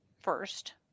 first